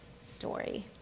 story